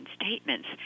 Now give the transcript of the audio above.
statements